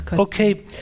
Okay